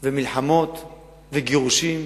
ומלחמות וגירושים,